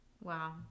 Wow